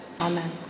Amen